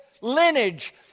lineage